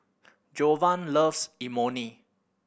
Jovan loves Imoni